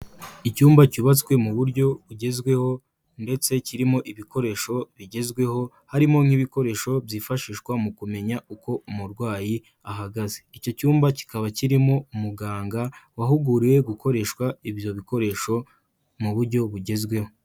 Icyumba cyubatswe mu buryo bugezweho ndetse kirimo ibikoresho bigezweho, harimo nk'ibikoresho byifashishwa mu kumenya uko umurwayi ahagaze. Icyo cyumba kikaba kirimo umuganga wahuguriwe gukoresha ibyo bikoresho mu buryo bugezweho.